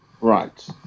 Right